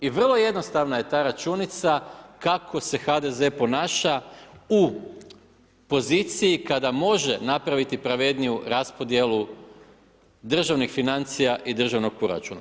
I vrlo jednostavna je ta računica kako se HDZ ponaša u poziciji kada može napraviti pravedniju raspodjelu državnih financija i državnog proračuna.